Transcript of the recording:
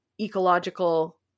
ecological